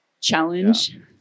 challenge